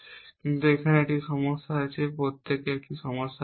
কিন্তু এখানে একটা সমস্যা আছে প্রত্যেকে একটা সমস্যা আছে